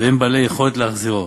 והם בעלי יכולת להחזירו.